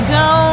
go